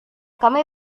kami